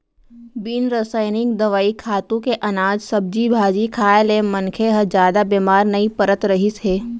बिन रसइनिक दवई, खातू के अनाज, सब्जी भाजी खाए ले मनखे ह जादा बेमार नइ परत रहिस हे